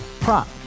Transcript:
prop